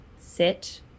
sit